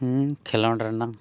ᱤᱧ ᱠᱷᱮᱞᱳᱰ ᱨᱮᱱᱟᱝ